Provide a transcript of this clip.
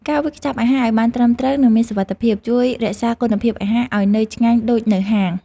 ការវេចខ្ចប់អាហារឱ្យបានត្រឹមត្រូវនិងមានសុវត្ថិភាព ជួយរក្សាគុណភាពអាហារឱ្យនៅឆ្ងាញ់ដូចនៅហាង។